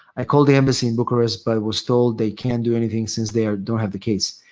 i call the embassy in bucharest but i was told they can't do anything since they don't have the case.